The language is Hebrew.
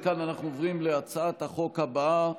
מכאן אנחנו עוברים להצעת החוק הבאה,